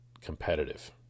competitive